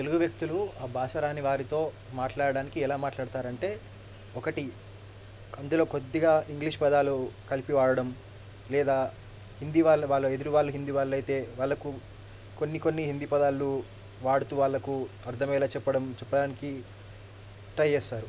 తెలుగు వ్యక్తులు ఆ భాష రాని వారితో మాట్లాడడానికి ఎలా మాట్లాడుతారు అంటే ఒకటి అందులో కొద్దిగా ఇంగ్లీష్ పదాలు కలిపి వాడడం లేదా హిందీ వాళ్ళ వాళ్ళు ఎదురు వాళ్ళు హిందీ వాళ్ళు అయితే వాళ్లకు కొన్ని కొన్ని హిందీ పదాలు వాడుతూ వాళ్లకు అర్ధమయ్యేలా చెప్పడం చెప్పడానికి ట్రై చేస్తారు